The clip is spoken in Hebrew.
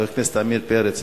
חבר הכנסת עמיר פרץ,